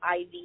IV